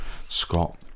Scott